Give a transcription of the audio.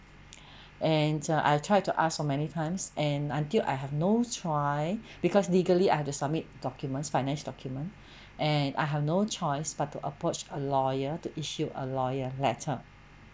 and uh I have try to ask so many times and until I have no try because legally I had to submit documents finance document and I have no choice but to approach a lawyer to issue a lawyer letter